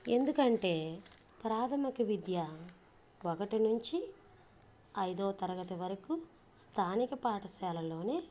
ఎందుకంటే ప్రాథమిక విద్యా ఒకటి నుంచి ఐదో తరగతి వరకు స్థానిక పాఠాశాలలోనే